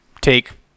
take